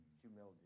Humility